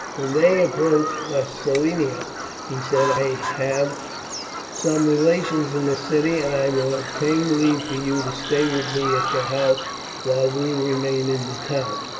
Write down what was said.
when they approached massilia he said, i have some relations in the city, and i will obtain leave for you to stay with me at their house while we remain in the town,